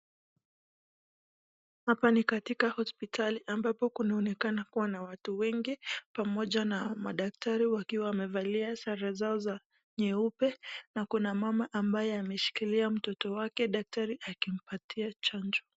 Hapa ni katika hospitali ambapo kunaoneka kuwa na watu wengi, pamoja na madaktari wamevalia shara zao za nyeupe, na Kuna mama ambaye ameshikilia mtoto wake daktari akimpatia chanjo.